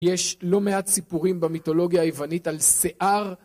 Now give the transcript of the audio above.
יש לא מעט סיפורים במיתולוגיה היוונית על שיער.